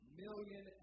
million